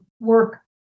work